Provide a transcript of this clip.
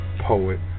poet